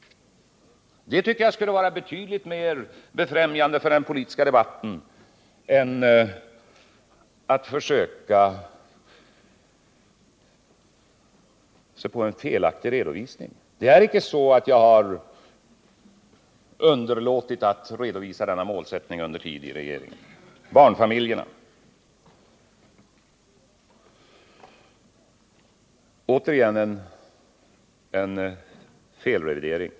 Det tycker jag skulle vara betydligt mer befrämjande för den politiska debatten än att försöka sig på en felaktig redovisning. Det är inte så att jag har underlåtit att redovisa denna målsättning under min tid i regeringen. Beträffande barnfamiljerna var det åter en felaktig redovisning.